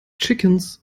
chickens